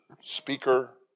speaker